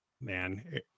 Man